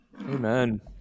Amen